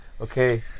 okay